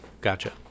Gotcha